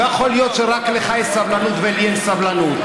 לא יכול להיות שרק לך יש סבלנות ולי אין סבלנות.